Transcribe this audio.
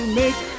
make